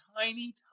tiny